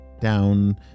down